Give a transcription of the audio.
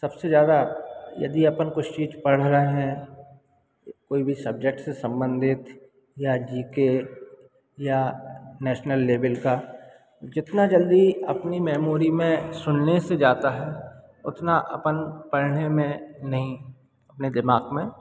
सबसे ज़्यादा यदि अपन को पढ़ रहा है कोई भी सब्जेक्ट से संबंधित या जी के या नैशनल लेबेल का जितना जल्दी अपनी मेमोरी में सुनने से जाता है उतना अपन पढ़ने में नहीं अपने दिमाग़ में